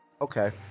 Okay